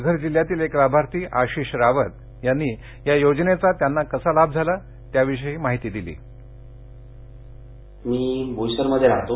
पालघर जिल्ह्यातील एक लाभार्थी आशिष रावत यांनी या योजनेचा त्यांना कसा लाभ झाला याविषयी माहिती दिली ध्यनी मी भोईसरमध्ये राहतो